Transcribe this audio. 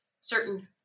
certain